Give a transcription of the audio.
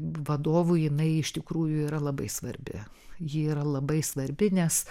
vadovų jinai iš tikrųjų yra labai svarbi ji yra labai svarbi nes